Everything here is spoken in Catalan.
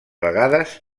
vegades